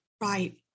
Right